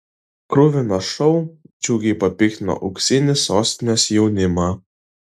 kruvinas šou džiugiai papiktino auksinį sostinės jaunimą